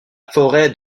forêt